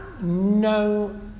no